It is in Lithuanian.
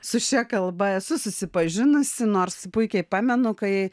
su šia kalba esu susipažinusi nors puikiai pamenu kai